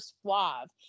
suave